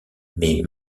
mais